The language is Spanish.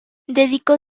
dedicó